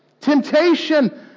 Temptation